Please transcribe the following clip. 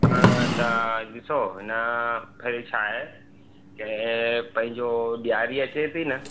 हा तव्हां ॾिसो हिन भेरे छाहे कि पंहिंजो ॾियारी अचे ती न